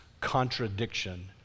contradiction